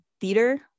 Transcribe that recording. theater